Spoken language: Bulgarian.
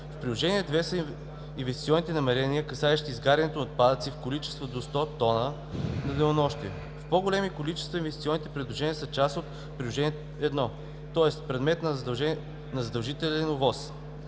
В Приложение 2 са инвестиционни намерения, касаещи изгаряне на отпадъци в количества до 100 тона на денонощие. В по-големи количества инвестиционните предложения са част от Приложение 1, тоест предмет на задължителна